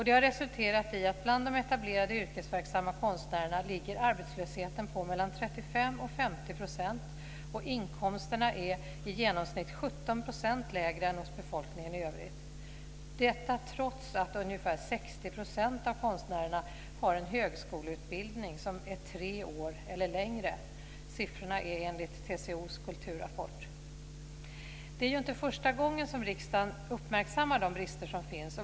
Det har resulterat i att bland de etablerade yrkesverksamma konstnärerna ligger arbetslösheten på mellan 35 % och 50 % och inkomsterna är i genomsnitt 17 % lägre än hos befolkningen i övrigt, detta trots att ungefär 60 % av konstnärerna har en högskoleutbildning som är tre år eller längre. Siffrorna kommer från TCO:s kulturrapport. Det är inte första gången som riksdagen uppmärksammar de brister som finns.